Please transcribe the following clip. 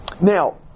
now